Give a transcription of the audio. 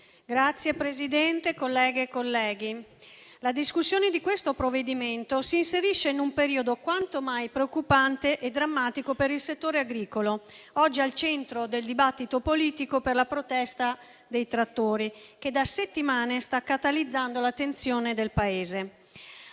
Signor Presidente, la discussione di questo provvedimento si inserisce in un periodo quanto mai preoccupante e drammatico per il settore agricolo, oggi al centro del dibattito politico per la protesta dei trattori che da settimane sta catalizzando l'attenzione del Paese.